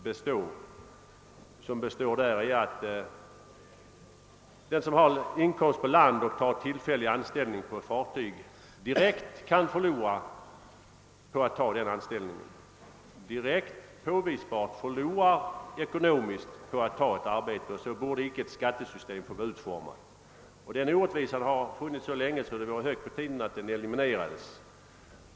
Orättvisan ligger i att en person som har inkomst på land och tar tillfällig anställning på ett fartyg kan göra en direkt påvisbar ekonomisk förlust på detta. Så bör icke ett skattesystem vara utformat. Den orättvisan har funnits så länge att det är högst på tiden att den elimineras.